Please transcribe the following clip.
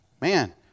man